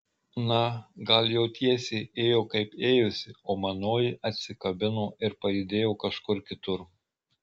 na gal jo tiesė ėjo kaip ėjusi o manoji atsikabino ir pajudėjo kažkur kitur